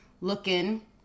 looking